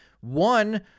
One